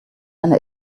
einer